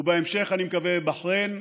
ובהמשך, אני מקווה בחריין,